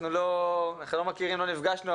אנחנו לא מכירים ולא נפגשנו,